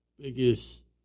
biggest